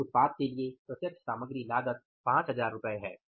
तो इस उत्पाद के लिए प्रत्यक्ष सामग्री लागत 5000 रु है